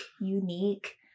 unique